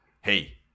hey